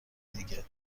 دیگه